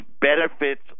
benefits